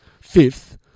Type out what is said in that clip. fifth